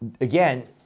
again